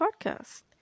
podcast